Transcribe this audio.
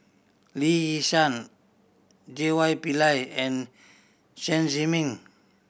Lee Yi Shyan J Y Pillay and Chen Zhiming